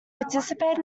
participated